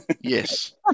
Yes